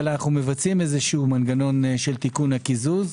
אנו מבצעים מנגנון של תיקון הקיזוז.